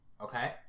Okay